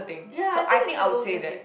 ya I think it's older thing